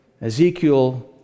Ezekiel